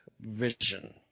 vision